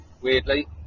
weirdly